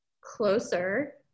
Closer